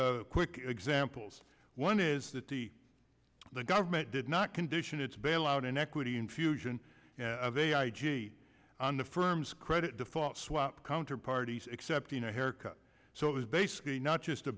three quick examples one is that the government did not condition its bailout in equity infusion of a i g on the firm's credit default swap counter parties accepting a haircut so it was basically not just a